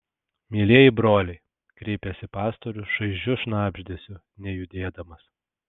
mielieji broliai kreipėsi pastorius šaižiu šnabždesiu nejudėdamas